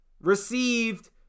received